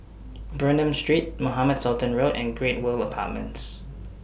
Bernam Street Mohamed Sultan Road and Great World Apartments